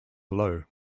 below